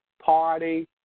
party